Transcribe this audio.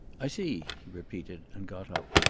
i see, he repeated, and got up.